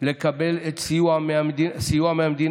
לקבל סיוע מהמדינה,